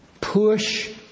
push